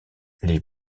les